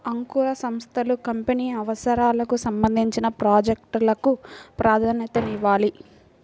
అంకుర సంస్థలు కంపెనీ అవసరాలకు సంబంధించిన ప్రాజెక్ట్ లకు ప్రాధాన్యతనివ్వాలి